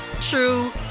true